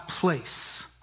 place